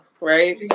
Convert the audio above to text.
right